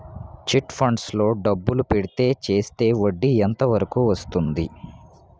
Chit funds లో డబ్బులు పెడితే చేస్తే వడ్డీ ఎంత వరకు వస్తుంది?